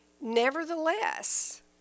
nevertheless